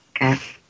okay